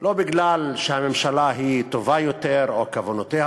לא מפני שהממשלה היא טובה יותר או כוונותיה